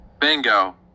Bingo